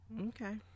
Okay